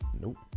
Nope